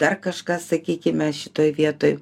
dar kažkas sakykime šitoj vietoj